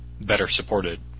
better-supported